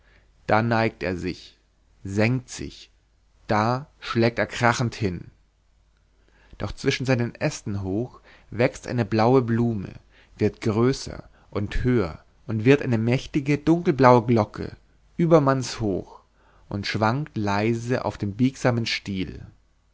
da neigt er sich senkt sich da schlägt er krachend hin doch zwischen seinen ästen hoch wächst eine blaue blume wird größer und höher und wird eine mächtige dunkelblaue glocke übermannshoch und schwankt leise auf dem biegsamen stiel